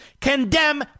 condemn